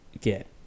get